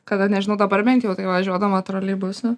kada nežinau dabar bent jau tai važiuodama troleibusu